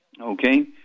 Okay